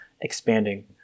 expanding